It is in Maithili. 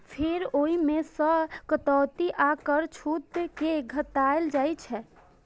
फेर ओइ मे सं कटौती आ कर छूट कें घटाएल जाइ छै